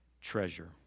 treasure